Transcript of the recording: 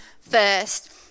first